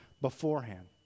beforehand